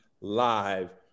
live